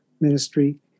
ministry